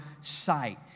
sight